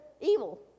evil